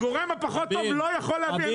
הגורם הפחות טוב לא יכול להביא,